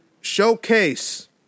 showcase